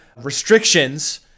restrictions